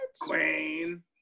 queen